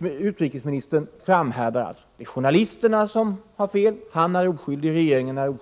Utrikesministern framhärdar alltså. Det är journalisterna som har fel. Han är oskyldig, liksom också regeringen.